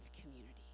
community